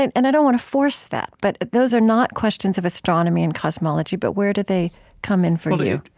and and i don't want to force that but those are not questions of astronomy and cosmology, but where do they come in for you?